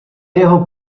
jeho